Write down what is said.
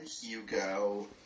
Hugo